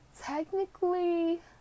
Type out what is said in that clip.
technically